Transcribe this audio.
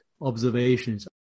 observations